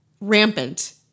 rampant